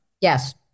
Yes